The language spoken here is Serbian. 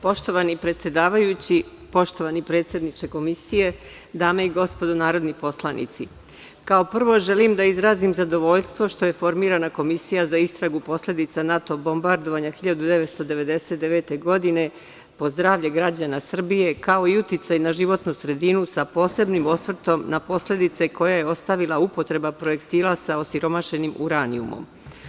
Poštovani predsedavajući, poštovani predsedniče Komisije, dame i gospodo narodni poslanici, kao prvo želim da izrazim zadovoljstvo što je formirana Komisija za istragu posledica NATO bombardovanja 1999. godine po zdravlje građana Srbije, kao i uticaj na životnu sredinu sa posebnim osvrtom na posledice koje je ostavila upotreba projektila sa osiromašenim uranijumom.